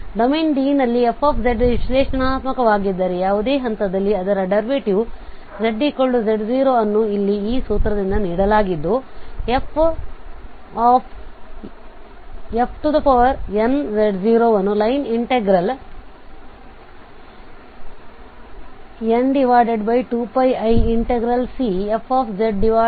ಆದ್ದರಿಂದ domain D ನಲ್ಲಿ f ವಿಶ್ಲೇಷಣಾತ್ಮಕವಾಗಿದ್ದರೆ ಯಾವುದೇ ಹಂತದಲ್ಲಿ ಅದರ ಡರ್ವೆಟಿವ್ z z0 ಅನ್ನು ಇಲ್ಲಿ ಈ ಸೂತ್ರದಿಂದ ನೀಡಲಾಗಿದ್ದು fnz0 ನ್ನು ಲೈನ್ ಇನ್ಟೆಗ್ರಲ್ n